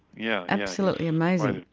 yeah absolutely amazing.